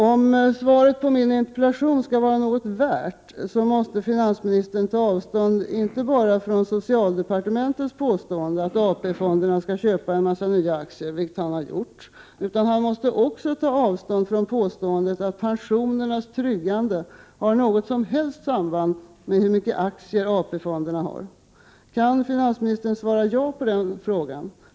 Om svaret på min interpellation skall vara något värt måste finansministern inte bara ta avstånd inte bara från socialdepartementets påstående att AP-fonderna skall köpa en mängd nya aktier, vilket han har gjort. Han måste också ta avstånd från påståendet att pensionernas tryggande har något som helst samband med hur mycket aktier AP-fonderna har. Kan finansministern göra det?